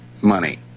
money